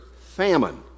famine